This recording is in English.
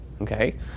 okay